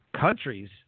countries